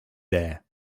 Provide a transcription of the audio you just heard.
there